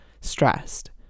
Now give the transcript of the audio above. stressed